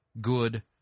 good